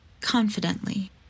Confidently